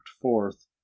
forth